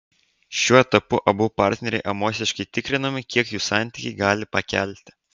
šiuo etapu abu partneriai emociškai tikrinami kiek jų santykiai gali pakelti